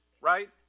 right